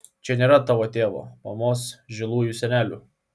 čia nėra tavo tėvo mamos žilųjų senelių